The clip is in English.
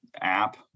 app